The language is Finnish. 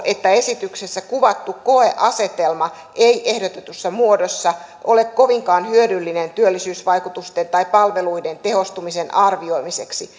että esityksessä kuvattu koeasetelma ei ehdotetussa muodossa ole kovinkaan hyödyllinen työllisyysvaikutusten tai palveluiden tehostumisen arvioimiseksi